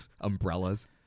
umbrellas